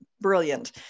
brilliant